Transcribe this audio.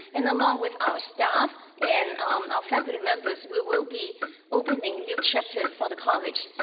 and along with our staff and our faculty members, we will be opening new chapters for the college.